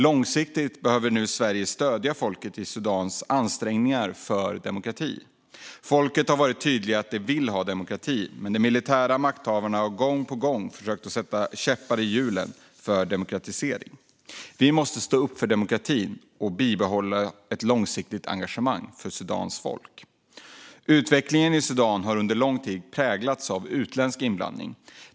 Långsiktigt behöver nu Sverige stödja folket i Sudans ansträngningar för demokrati. Folket har varit tydliga med att de vill ha demokrati, men de militära makthavarna har gång på gång försökt sätta käppar i hjulen för en demokratisering. Vi måste stå upp för demokratin och bibehålla ett långsiktigt engagemang för Sudans folk. Utvecklingen i Sudan har under lång tid präglats av utländsk inblandning.